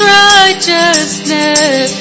righteousness